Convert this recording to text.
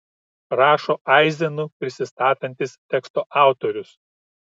rašo aizenu prisistatantis teksto autorius